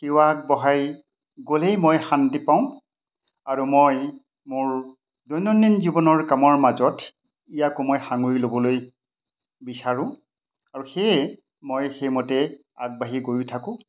সেৱা আগবঢ়াই গ'লেই মই শান্তি পাওঁ আৰু মই মোৰ দৈনন্দিন জীৱনৰ কামৰ মাজত ইয়াকো মই সাঙুৰি ল'বলৈ বিচাৰোঁ আৰু সেয়ে মই সেইমতে আগবাঢ়ি গৈও থাকোঁ